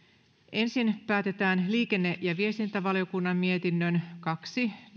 ensin päätetään liikenne ja viestintävaliokunnan mietinnön kaksi